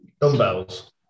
dumbbells